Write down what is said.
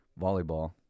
volleyball